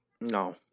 No